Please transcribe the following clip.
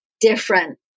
different